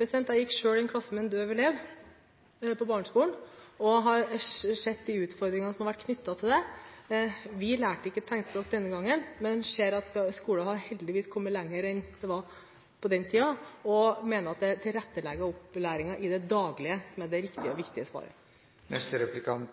Jeg gikk selv i en klasse med en døv elev – på barneskolen – og har sett utfordringene knyttet til det. Vi lærte ikke tegnspråk den gangen. Jeg ser at skolen heldigvis har kommet lenger enn slik det var på den tiden. Jeg mener at det å legge til rette for opplæringen i det daglige er det riktige og viktige svaret. Jeg registrerer